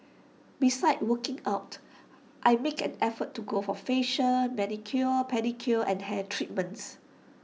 besides working out I make an effort to go for facials manicures pedicures and hair treatments